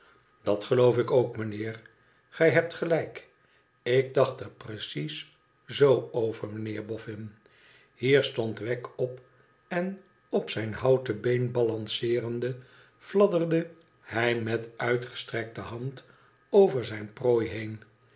sdat geloof ik ook meneer gij hebt gelijk ik dacht er precies z over meneer boffin hier stond wegg op en op zijn houten been balanceerende fladderde hij met uitgestrekte hand over zijne prooi heen